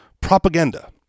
propaganda